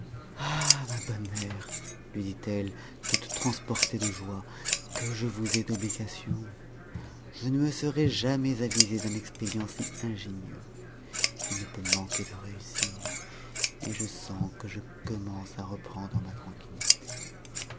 ma bonne mère lui dit-elle toute transportée de joie que je vous ai obligation je ne me serais jamais avisée d'un expédient si ingénieux il ne peut manquer de réussir et je sens que je commence à reprendre ma tranquillité